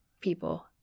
people